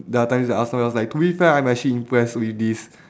the other time is at I was like to be fair I'm actually impressed with this